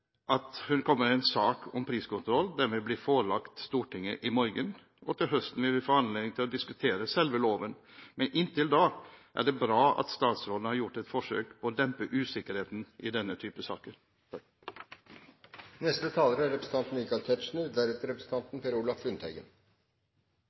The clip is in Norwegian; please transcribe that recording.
at hun kommer med en sak om priskontroll. Den vil bli forelagt Stortinget i morgen, og til høsten vil vi få anledning til å diskutere selve loven. Men inntil da er det bra at statsråden har gjort et forsøk på å dempe usikkerheten i denne type saker.